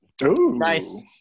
Nice